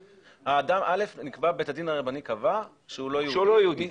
האדם א', בית הדין הרבני קבע שהוא לא יהודי.